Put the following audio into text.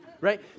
Right